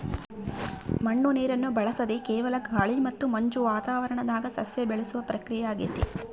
ಮಣ್ಣು ನೀರನ್ನು ಬಳಸದೆ ಕೇವಲ ಗಾಳಿ ಮತ್ತು ಮಂಜು ವಾತಾವರಣದಾಗ ಸಸ್ಯ ಬೆಳೆಸುವ ಪ್ರಕ್ರಿಯೆಯಾಗೆತೆ